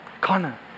Connor